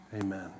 Amen